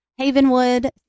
Havenwood